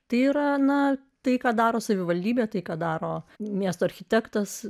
tai yra na tai ką daro savivaldybė tai ką daro miesto architektas